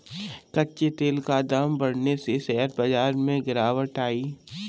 कच्चे तेल का दाम बढ़ने से शेयर बाजार में गिरावट आई